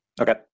Okay